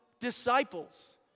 disciples